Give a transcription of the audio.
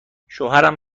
شوهرم